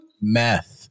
meth